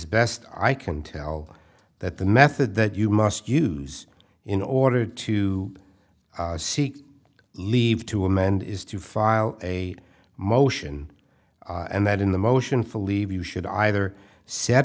best i can tell that the method that you must use in order to seek leave to amend is to file a motion and that in the motion for leave you should either set